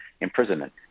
imprisonment